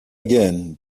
again